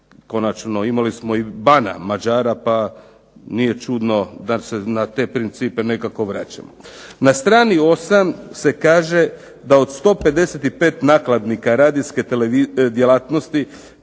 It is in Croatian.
Konačno, imali smo i bana Mađara, pa nije čudno da se na te principe nekako vraćamo. Na strani osam se kaže da od 155 nakladnika radijske djelatnosti